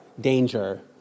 danger